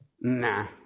Nah